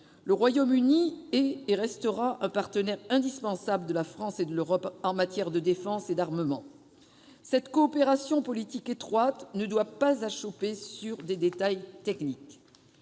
Le Royaume-Uni est et restera un partenaire indispensable de la France et de l'Europe en matière de défense et d'armement. Cette coopération politique étroite ne doit pas achopper sur des détails techniques.